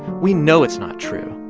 we know it's not true.